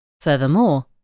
Furthermore